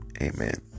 Amen